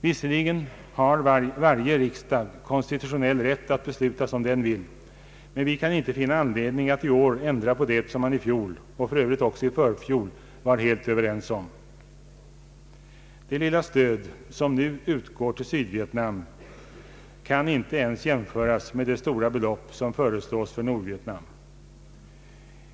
Visserligen har varje riksdag konstitutionell rätt att besluta som den vill, men vi kan inte finna anledning att i år ändra på det som man i fjol, och för övrigt också i förfjol, var helt överens om. Det lilla stöd som nu utgår till Sydvietnam kan inte ens jämföras med det stora belopp som föreslås för Nordvietnam.